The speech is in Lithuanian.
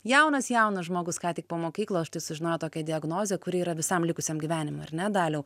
jaunas jaunas žmogus ką tik po mokyklos štai sužinojo tokią diagnozę kuri yra visam likusiam gyvenimui ar ne daliau